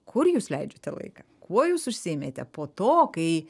kur jūs leidžiate laiką kuo jūs užsiėmėte po to kai